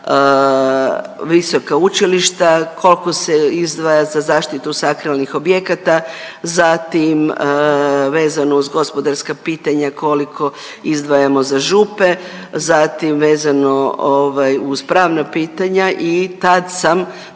visoka učilišta, koliko se izdvaja za zaštitu sakralnih objekata. Zatim vezano uz gospodarska pitanja koliko izdvajamo za župe. Zatim vezano ovaj uz pravna pitanja i tad sam